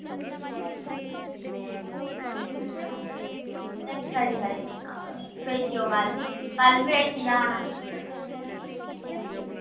ए खरी खरी हां तुस भेजेयो कल कल मैं हट्टी गै होना